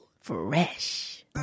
Fresh